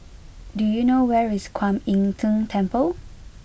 do you know where is Kwan Im Tng Temple